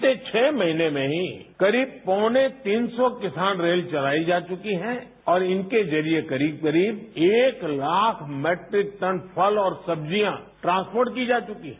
बीते छ महीने में ही करीब घोने तीन सौ किसान रेल किसान चलाई जा चुकी है औरइनके जरिये करीब करीब एक लाख मैट्रिक टन फल और सब्जियांट्रांसपोर्ट की जा चुकी हैं